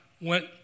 went